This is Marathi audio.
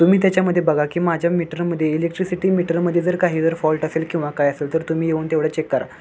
तुम्ही त्याच्यामध्ये बघा की माझ्या मीटरमध्ये इलेक्ट्रिसिटी मीटरमध्ये जर काही जर फॉल्ट असेल किंवा काय असेल तर तुम्ही येऊन तेवढं चेक करा